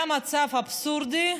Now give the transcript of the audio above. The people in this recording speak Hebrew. היה מצב אבסורדי,